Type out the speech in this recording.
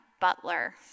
butler